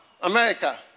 America